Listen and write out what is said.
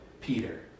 Peter